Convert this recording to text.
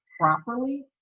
properly